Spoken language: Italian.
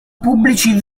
pubblici